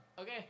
Okay